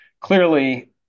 clearly